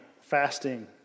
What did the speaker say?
fasting